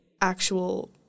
actual